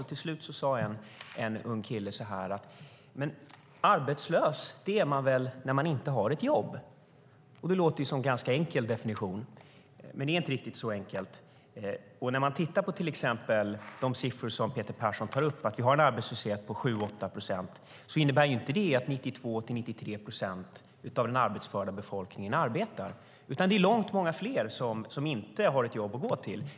Till slut sade en ung kille: Arbetslös är man väl när man inte har ett jobb. Det låter som en ganska enkel definition, men det är inte riktigt så enkelt. Peter Persson nämner att vi har en arbetslöshet på 7-8 procent. Det innebär inte att 92-93 procent av den arbetsföra befolkningen arbetar. Det är långt många fler som inte har ett jobb att gå till.